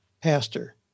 pastor